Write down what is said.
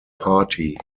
party